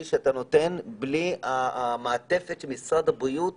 שאתה נותן בלי המעטפת שמשרד הבריאות